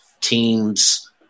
teams